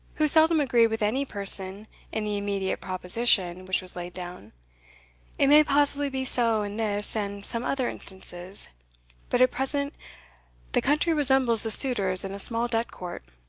who seldom agreed with any person in the immediate proposition which was laid down it may possibly be so in this and some other instances but at present the country resembles the suitors in a small-debt court,